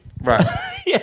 Right